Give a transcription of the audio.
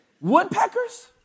Woodpeckers